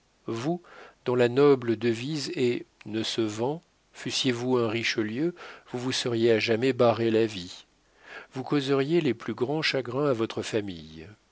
vous dont la noble devise est ne se vend fussiez-vous un richelieu vous vous seriez à jamais barré la vie vous causeriez les plus grands chagrins à votre famille